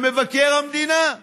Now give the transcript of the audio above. למבקר המדינה,